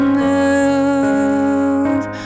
move